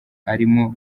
arimo